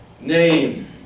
name